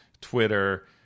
twitter